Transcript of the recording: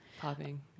Popping